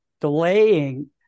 delaying